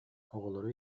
оҕолору